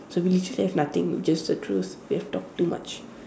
so we literally have nothing just the truth we have talked too much